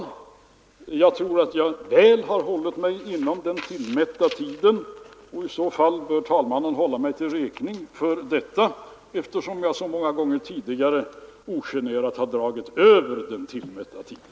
Jag tror att jag väl har hållit mig inom den anmälda tiden, och i så fall bör herr talmannen hålla mig räkning för detta, eftersom jag så många gånger tidigare ogenerat har dragit över den tillmätta tiden.